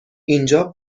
اینجا